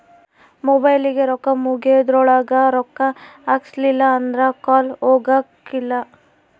ಮೊಬೈಲಿಗೆ ರೊಕ್ಕ ಮುಗೆದ್ರೊಳಗ ರೊಕ್ಕ ಹಾಕ್ಸಿಲ್ಲಿಲ್ಲ ಅಂದ್ರ ಕಾಲ್ ಹೊಗಕಿಲ್ಲ